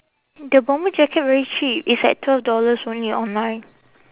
the bomber jacket very cheap it's like twelve dollars only online